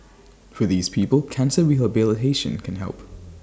for these people cancer rehabilitation can help